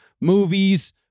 movies